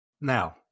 now